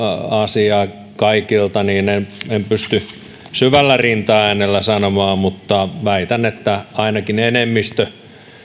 asiaa kaikilta joten en pysty syvällä rintaäänellä sanomaan mutta väitän että ainakin enemmistö